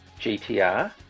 gtr